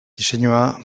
diseinua